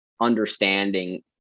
understanding